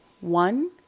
one